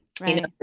right